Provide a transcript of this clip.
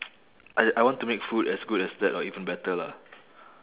I I want to make food as good as that or even better lah